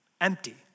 empty